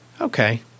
Okay